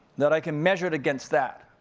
that i can measure it against that.